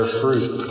fruit